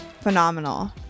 Phenomenal